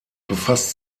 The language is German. befasst